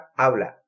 habla